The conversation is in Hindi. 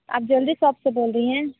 आप ज्वेलरी शॉप से बोल रही हैं